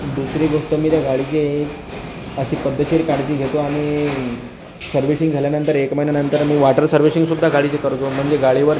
दुसरी गोष्ट मी त्या गाडीची अती पद्धतशीर काळजी घेतो आणि सर्विसिंग झाल्यानंतर एक महिन्यानंतर मी वॉटर सर्व्हिशिंगसुद्धा गाडीची करतो म्हणजे गाडीवर